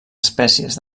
espècies